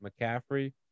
McCaffrey